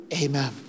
Amen